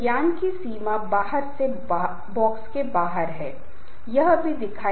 अन्य command task समूह होती हैं एडहॉक कमिटी प्रोजेक्ट ग्रुप्स और स्टैंडिंग कमिटी